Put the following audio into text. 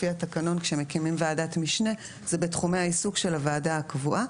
לפי התקנון כאשר מקימים ועדת משנה זה בתחומי העיסוק של הוועדה הקבועה.